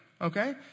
Okay